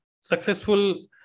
successful